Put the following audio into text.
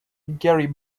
gary